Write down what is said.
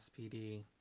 SPD